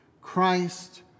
Christ